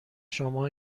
شما